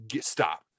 stop